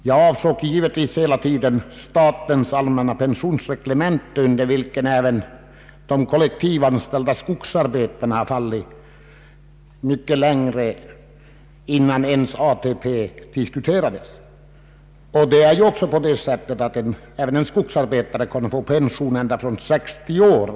Jag avsåg givetvis hela tiden statens allmänna pensionsreglemente, som omfattade även de kollektivanställda skogsarbetarna långt innan ens ATP diskuterades. En skogsarbetare i domänverkets tjänst har kunnat få pension från 60 år.